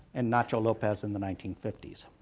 and nacho lopez in the nineteen fifty s.